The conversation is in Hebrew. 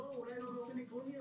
אולי לא באופן עקרוני,